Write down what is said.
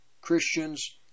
Christians